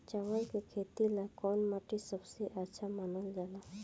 चावल के खेती ला कौन माटी सबसे अच्छा मानल जला?